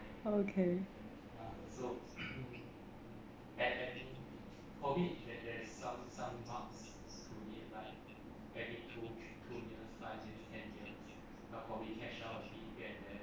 okay